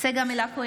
צגה מלקו,